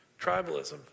tribalism